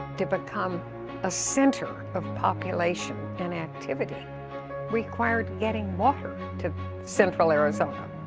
to become a center of population and activity required getting water to central arizona.